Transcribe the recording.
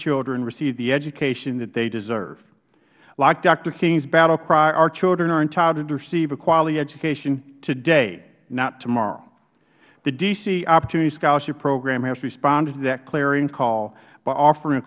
children receive the education that they deserve like doctor king's battle cry our children are entitled to receive a quality education today not tomorrow the d c opportunity scholarship program has responded to that clarion call by offering